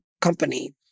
company